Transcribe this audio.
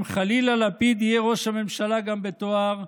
אם חלילה לפיד יהיה ראש הממשלה גם בתואר,